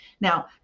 Now